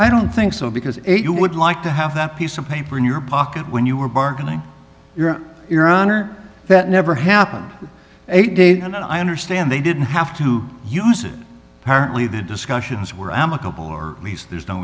i don't think so because you would like to have that piece of paper in your pocket when you were bargaining your urine or that never happened a day and i understand they didn't have to use it apparently the discussions were amicable or at least there's no